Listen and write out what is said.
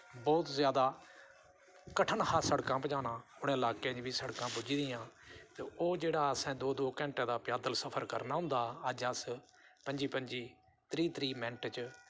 बोह्त जादा कठन हा सड़कां पज़ाना उनें लाह्कें बी सड़कां पुज्जी दियां ते ओह् जेह्ड़ा असें दो दो घैंटे दा पैदल सफर करना होंदा हा अज्ज अस पं'जी पं'जी त्रीह् त्रीह् मैंट्ट च